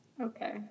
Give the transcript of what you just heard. Okay